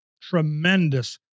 tremendous